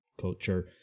culture